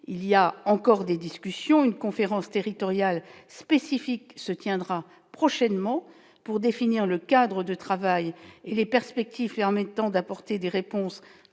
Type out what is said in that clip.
il y a encore des discussions une conférence territoriale spécifique qui se tiendra prochainement pour définir le cadre de travail et les perspectives permettant d'apporter des réponses